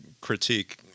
critique